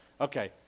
okay